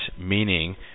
meaning